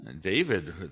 David